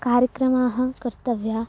कार्यक्रमाः कर्तव्याः